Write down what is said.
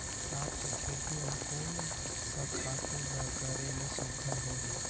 साग के खेती म कोन स खातु ल करेले सुघ्घर होही?